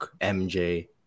MJ